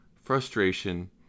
frustration